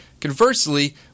Conversely